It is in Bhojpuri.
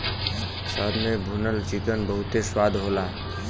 शहद में भुनल चिकन बहुते स्वाद होला